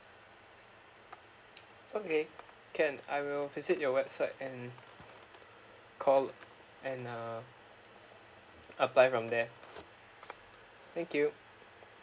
okay can I will visit your website and call and uh apply from there thank you